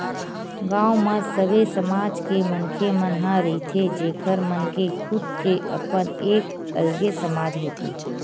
गाँव म सबे समाज के मनखे मन ह रहिथे जेखर मन के खुद के अपन एक अलगे समाज होथे